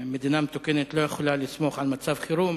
מדינה מתוקנת לא יכולה לסמוך על מצב חירום